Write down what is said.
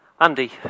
Andy